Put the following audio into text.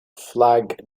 flag